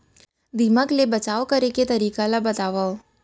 दीमक ले बचाव करे के तरीका ला बतावव?